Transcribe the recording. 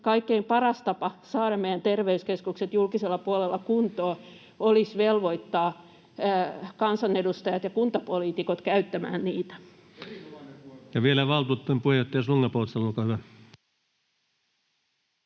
kaikkein paras tapa saada meidän terveyskeskukset julkisella puolella kuntoon olisi velvoittaa kansanedustajat ja kuntapoliitikot käyttämään niitä. [Aki Lindén: Erinomainen puheenvuoro!] [Speech